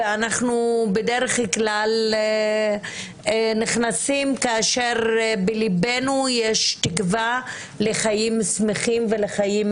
ואנחנו בדרך כלל נכנסים כאשר בליבנו יש תקווה לחיים שמחים ולחיים